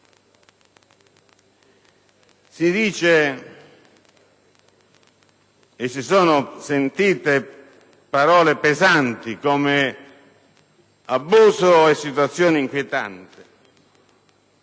al processo. Si sono sentite parole pesanti come abuso e situazioni inquietanti.